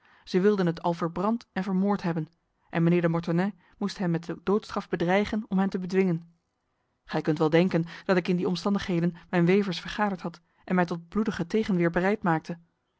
zij wilden het al verbrand en vermoord hebben en mijnheer de mortenay moest hen met de doodstraf bedreigen om hen te bedwingen gij kunt wel denken dat ik in die omstandigheden mijn wevers vergaderd had en mij tot bloedige tegenweer bereid maakte